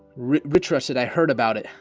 we trusted i heard about it,